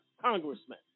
Congressman